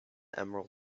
emerald